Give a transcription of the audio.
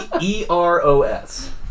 E-R-O-S